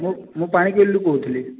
ମୁଁ ମୁଁ ପାଣିକୋଇଲି ରୁ କହୁଥିଲି